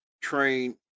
train